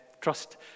trust